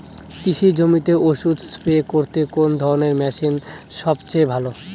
কৃষি জমিতে ওষুধ স্প্রে করতে কোন ধরণের মেশিন সবচেয়ে ভালো?